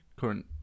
current